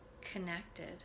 connected